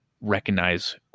recognize